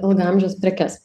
ilgaamžes prekes